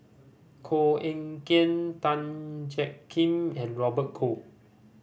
Koh Eng Kian Tan Jiak Kim and Robert Goh